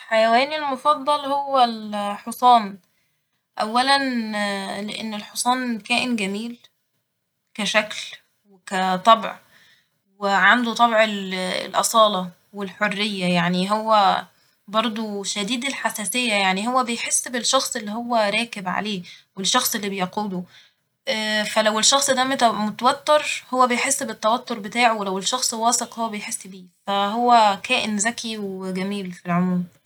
حيواني المفضل هو ال حصان، أولا لإن الحصان كائن جميل كشكل وكطبع وعنده طبع ال الأصالة والحرية يعني هو برضه شديد الحساسية يعني هو بيحس بالشخص اللي هو راكب عليه ، والشخص اللي بيقوده فلو الشخص ده متو- متوتر هو بيحس بالتوتر بتاعه ، ولو الشخص واثق هو بيحس بيه ، فهو كائن زكي وجميل في العموم